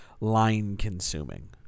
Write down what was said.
line-consuming